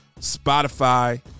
Spotify